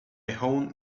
own